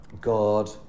God